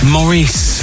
Maurice